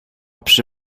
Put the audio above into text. przy